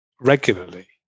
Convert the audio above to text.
regularly